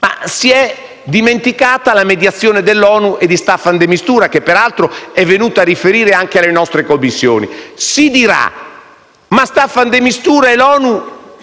si è dimenticata la mediazione dell'ONU e di Staffan de Mistura, che peraltro è venuto a riferire anche alle nostre Commissioni. Si dirà che Staffan de Mistura e l'ONU